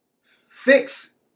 fix